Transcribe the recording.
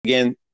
again